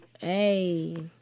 Hey